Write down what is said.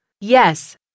Yes